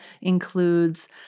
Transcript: includes